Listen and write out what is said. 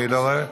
אני לא רואה.